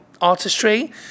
artistry